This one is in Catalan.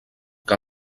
que